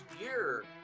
year